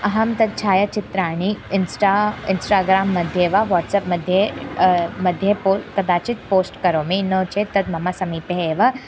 अहं तद् छायाचित्राणि इन्स्टा इन्स्टग्राम्मध्ये वा वाट्सप्मध्ये मध्ये पो कदाचित् पोस्ट् करोमि नोचेत् तद् मम समीपे एव